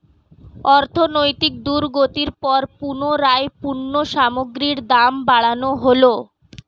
অর্থনৈতিক দুর্গতির পর পুনরায় পণ্য সামগ্রীর দাম বাড়ানো হলো